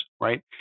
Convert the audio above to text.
right